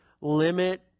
limit